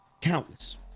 Countless